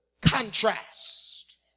contrast